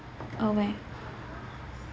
aware